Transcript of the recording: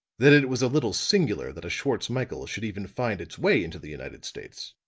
that it was a little singular that a schwartz-michael should even find its way into the united states.